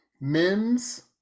mims